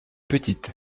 petite